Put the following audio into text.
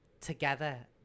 together